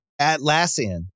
Atlassian